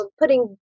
putting